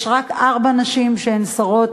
יש רק ארבע נשים שהן שרות,